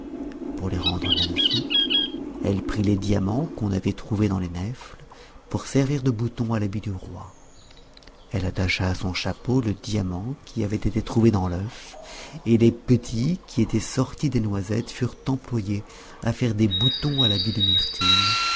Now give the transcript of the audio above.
pour les rendre magnifiques elle prit les diamants qu'on avait trouvés dans les nèfles pour servir de boutons à l'habit du roi elle attacha à son chapeau le diamant qui avait été trouvé dans l'œuf et les petits qui étaient sortis des noisettes furent employés à faire des boutons à l'habit de mirtil